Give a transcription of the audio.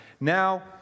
Now